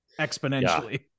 exponentially